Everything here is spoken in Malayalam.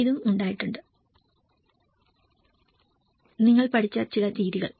ഇതും ഉണ്ടായിട്ടുണ്ട് നിങ്ങൾ പഠിച്ച ചില രീതികൾ